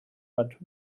but